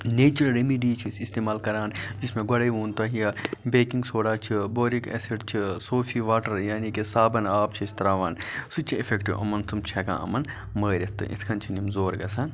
natural remedy چھِ أسۍ اِستعمال کَران یُس مےٚ گۄڈے ووٚن تۄہہِ بیکِنٛگ سوڈا چھُ بورِک ایٚسِڑ چھُ سوفی واٹَر یعنے کہِ صابَن آب چھِ أسۍ تراوان سُہ تہِ چھُ اِفیٚکٹِو یمن تِم چھِ ہیٚکان یِمَن مٲرِتھ تہِ اِتھ کنۍ چھِنہٕ یِم زور گَژھان کینٛہہ